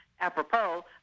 apropos